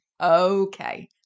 okay